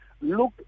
look